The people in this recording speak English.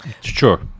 Sure